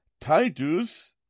Titus